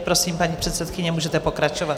Prosím, paní předsedkyně, můžete pokračovat.